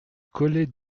collet